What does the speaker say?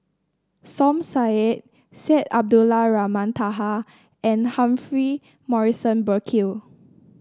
Som Said Syed Abdulrahman Taha and Humphrey Morrison Burkill